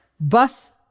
Bus